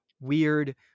weird